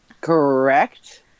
Correct